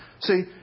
See